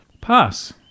pass